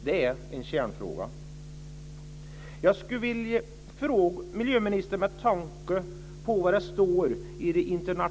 Det är en kärnfråga. skrivit.